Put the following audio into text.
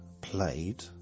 played